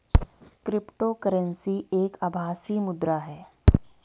crypto currency एक आभासी मुद्रा है